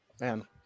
Man